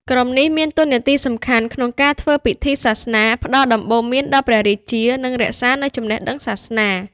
ក្រុមនេះមានតួនាទីសំខាន់ក្នុងការធ្វើពិធីសាសនា ផ្តល់ដំបូន្មានដល់ព្រះរាជា និងរក្សានូវចំណេះដឹងសាសនា។